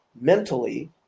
mentally